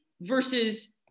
versus